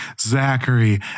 Zachary